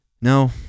No